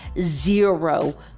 zero